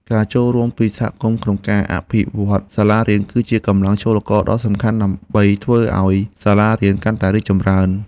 ការចូលរួមពីសហគមន៍ក្នុងការអភិវឌ្ឍសាលារៀន គឺជាកម្លាំងចលករដ៏សំខាន់ដើម្បីធ្វើឱ្យសាលារៀនកាន់តែរីកចម្រើន។